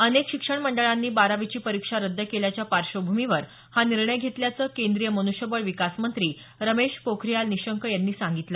अनेक शिक्षण मंडळांनी बारावीची परीक्षा रद्द केल्याच्या पार्श्वभूमीवर हा निर्णय घेतल्याचं केंद्रीय मन्ष्यबळ विकास मंत्री रमेश पोखरीयाल निशंक यांनी सांगितलं